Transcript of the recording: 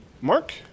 Mark